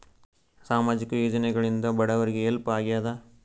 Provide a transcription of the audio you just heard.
ಸಾಮಾಜಿಕ ಯೋಜನೆಗಳಿಂದ ಬಡವರಿಗೆ ಹೆಲ್ಪ್ ಆಗ್ಯಾದ?